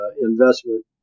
investment